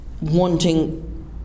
wanting